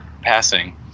passing